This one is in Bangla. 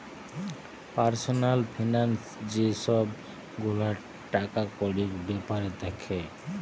পার্সনাল ফিনান্স যে সব গুলা টাকাকড়ির বেপার দ্যাখে